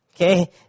Okay